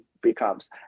becomes